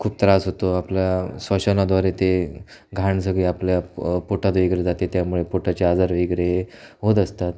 खूप त्रास होतो आपल्या श्वसनाद्वारे ते घाण सगळी आपल्या प पोटात वगैरे जाते त्यामुळे पोटाचे आजार वगैरे होत असतात